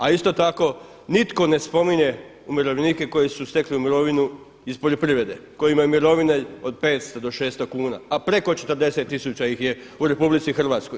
A isto tako nitko ne spominje umirovljenike koji su stekli mirovinu iz poljoprivrede, koji imaju mirovine od 500 do 600 kuna a preko 40 tisuća ih je u RH.